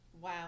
Wow